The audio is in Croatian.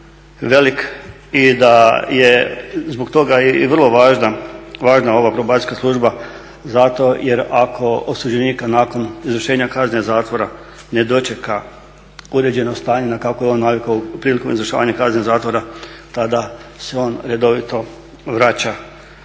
velik i da je zbog toga i vrlo važna ova probacijska služba zato jer ako osuđenika nakon izvršenja kazne zatvora ne dočeka uređeno stanje na kakvo je on navikao prilikom izvršavanja kazne zatvora tada se on redovito vraća